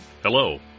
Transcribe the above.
Hello